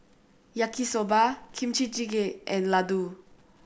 Yaki Soba Kimchi Jjigae and Ladoo